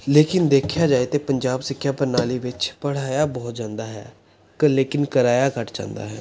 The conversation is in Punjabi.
ਲੇਕਿਨ ਦੇਖਿਆ ਜਾਏ ਤਾਂ ਪੰਜਾਬ ਸਿੱਖਿਆ ਪ੍ਰਣਾਲੀ ਵਿੱਚ ਪੜ੍ਹਾਇਆ ਬਹੁਤ ਜਾਂਦਾ ਹੈ ਕਿ ਲੇਕਿਨ ਕਰਵਾਇਆ ਘੱਟ ਜਾਂਦਾ ਹੈ